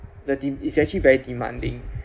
the de~ it's actually very demanding